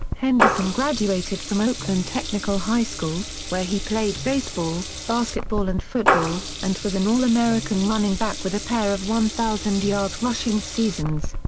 henderson graduated from oakland technical high school, where he played baseball, basketball and football, and was an all-american running back with a pair of one thousand yard rushing seasons.